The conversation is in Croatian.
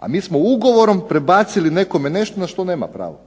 A mi smo ugovorom prebacili nekome nešto na što nema pravo.